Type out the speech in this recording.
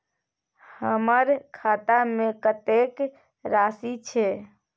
हमर खाता में कतेक राशि छै?